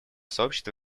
сообщества